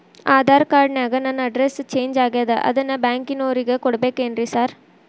Aadhaar card ನ್ಯಾಗ ನನ್ address change ಆಗ್ಯಾದ ಅದನ್ನ ಬ್ಯಾಂಕಿನೊರಿಗೆ ಕೊಡ್ಬೇಕೇನ್ರಿ ಸಾರ್?